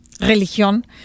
religión